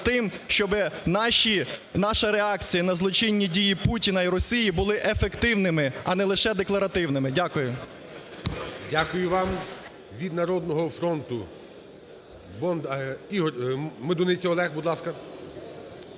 тим, щоб наша реакція на злочинні дії Путіна і Росії були ефективними, а не лише декларативними. Дякую. ГОЛОВУЮЧИЙ. Дякую вам. Від "Народного фронту" Медуниця Олег, будь ласка.